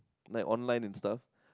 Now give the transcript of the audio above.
like one light in stuff